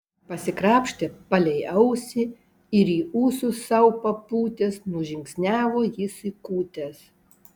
pasikrapštė palei ausį ir į ūsus sau papūtęs nužingsniavo jis į kūtes